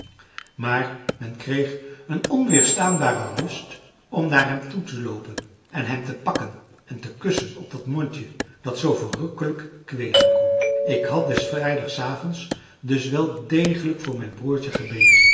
maar men kreeg een onweerstaanbaren lust om naar hem toe te loopen en hem te pakken en te kussen op dat mondje dat zoo verrukkelijk kweelen kon ik had des vrijdagsavonds dus wel degelijk voor mijn broertje gebeden